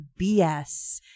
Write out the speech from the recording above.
BS